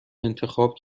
انتخاب